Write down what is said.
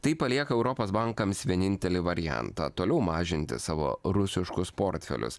tai palieka europos bankams vienintelį variantą toliau mažinti savo rusiškus portfelius